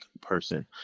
person